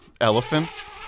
elephants